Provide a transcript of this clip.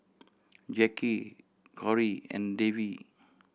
Jacki Cori and Davie